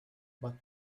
but